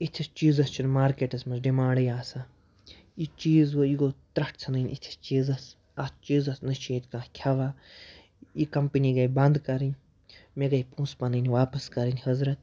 اِتھِس چیٖزَس چھِنہٕ مارکیٹَس منٛز ڈِمانڈٕے آسان یہِ چیٖز گوٚو یہِ گوٚو ترٛٹھ ژھٕنٕنۍ یِتھِس چیٖزَس اَتھ چیٖزَس نہ چھِ ییٚتہِ کانٛہہ کھٮ۪وان یہِ کَمپٔنی گٔے بنٛد کَرٕنۍ مےٚ گٔے پونٛسہٕ پَنٕنۍ واپَس کَرٕںۍ حضرت